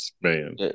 Man